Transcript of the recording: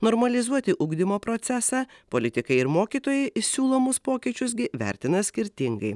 normalizuoti ugdymo procesą politikai ir mokytojai siūlomus pokyčius gi vertina skirtingai